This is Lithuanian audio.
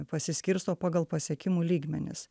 pasiskirsto pagal pasiekimų lygmenis